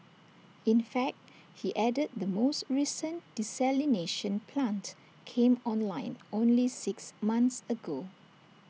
in fact he added the most recent desalination plant came online only six months ago